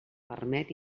permet